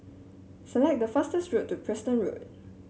select the fastest way to Preston Road